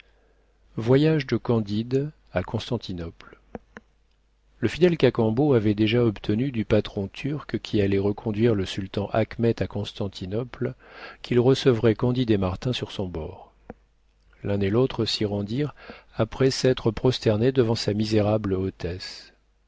voyage de candide à constantinople le fidèle cacambo avait déjà obtenu du patron turc qui allait reconduire le sultan achmet à constantinople qu'il recevrait candide et martin sur son bord l'un et l'autre s'y rendirent après s'être prosternés devant sa misérable hautesse